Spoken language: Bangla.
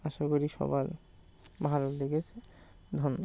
আশা করি সবার ভালো লেগেছে ধন্যবাদ